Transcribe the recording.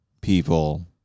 people